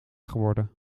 geworden